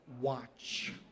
watch